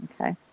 Okay